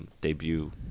debut